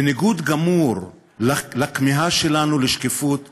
בניגוד גמור לכמיהה שלנו לשקיפות ולנראות.